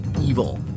evil